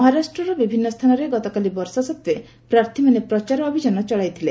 ମହାରାଷ୍ଟ୍ରର ବିଭିନ୍ନ ସ୍ଥାନରେ ଗତକାଲି ବର୍ଷା ସତ୍ତ୍ୱେ ପ୍ରାର୍ଥୀମାନେ ପ୍ରଚାର ଅଭିଯାନ ଚଳାଇଥିଲେ